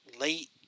late